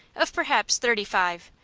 of perhaps thirty-five,